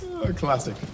Classic